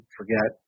forget